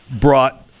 brought